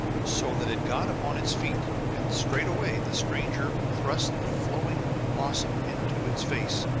so that it got upon its feet and straighway the stranger thrust the flowing blossom into its face.